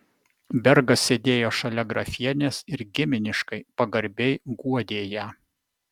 bergas sėdėjo šalia grafienės ir giminiškai pagarbiai guodė ją